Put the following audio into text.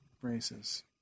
braces